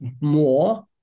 more